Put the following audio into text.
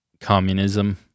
communism